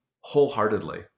wholeheartedly